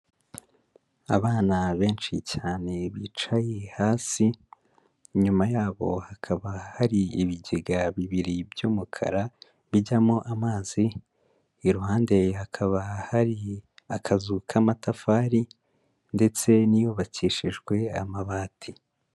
Abana benshi cyane bicaye hasi, inyuma yabo hakaba hari ibigega bibiri by'umukara bijyamo amazi, iruhande hakaba hari akazu k'amatafari ndetse n'iyubakishijwe amabati.